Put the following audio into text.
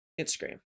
Instagram